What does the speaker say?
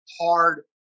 hard